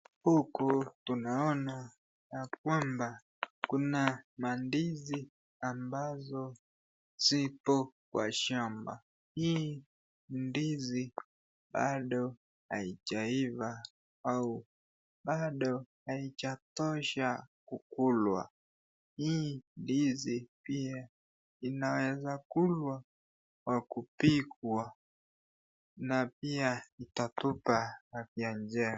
Huki tunaona ya kwamba kuna mandizi ambazo ziko kwa shamba, hii ndizi bado haijaiva au bado haijatosha kukulwa hii ndizi pia inaweza kulwa kwa kupika na pia itatupa afya njema.